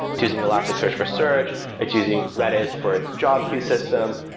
choosing elastic search-by-search, it's using redis for its job queue system,